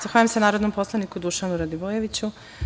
Zahvaljujem se narodnom poslaniku Dušanu Radojeviću.